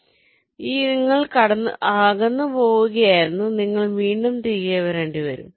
അതിനാൽ നിങ്ങൾ അകന്നുപോവുകയായിരുന്നു നിങ്ങൾ വീണ്ടും തിരികെ വരേണ്ടിവരും